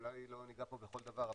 אולי לא ניגע פה בכל דבר,